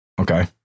Okay